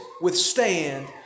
withstand